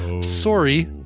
sorry